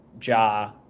Ja